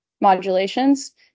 modulations